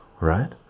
right